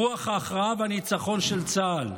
רוח ההכרעה והניצחון של צה"ל,